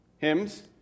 Hymns